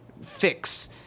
fix